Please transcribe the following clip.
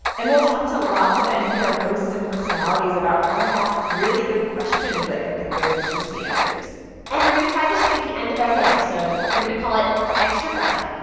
and we'll talk to lots of npr hosts and personalities about how to ask really good questions that get the good, juicy answers and we're going to try this thing at the end of every episode. we're gonna call it extra credit.